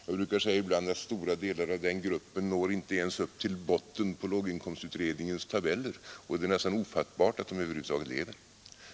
Jag brukar ibland säga att stora delar av den gruppen inte ens når till botten på låginkomstutredningens tabeller. Det är nästan ofattbart att de över huvud taget lever.